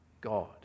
God